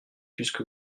puisque